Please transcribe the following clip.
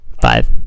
Five